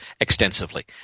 extensively